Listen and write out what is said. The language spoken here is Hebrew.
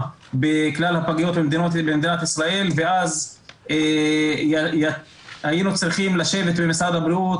בכלל הפגיות במדינת ישראל ואז היינו צריכים לשבת במשרד הבריאות,